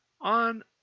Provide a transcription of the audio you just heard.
on